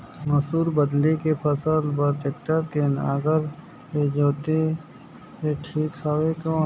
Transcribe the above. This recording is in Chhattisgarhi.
मसूर बदले के फसल बार टेक्टर के नागर ले जोते ले ठीक हवय कौन?